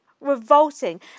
revolting